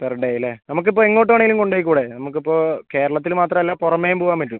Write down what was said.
per day അല്ലേ നമുക്കിപ്പോൾ എങ്ങോട്ട് വേണമെങ്കിലും കൊണ്ടുപോയിക്കൂടേ നമുക്കിപ്പോൾ കേരളത്തിൽ മാത്രമല്ല പുറമേയും പോകാൻപറ്റും